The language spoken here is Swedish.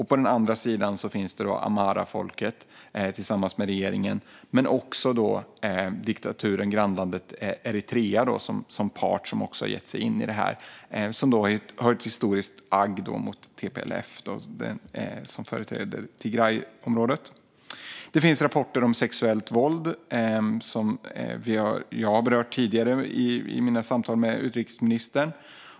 På den andra sidan finns amharafolket tillsammans med regeringen men också grannlandet, diktaturen Eritrea, som har gett sig in i det här som part. De har ett historiskt agg mot TPLF, som företräder Tigrayområdet. Det finns rapporter om sexuellt våld, vilket jag har berört tidigare i mina samtal med utrikesministern.